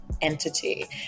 entity